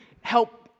help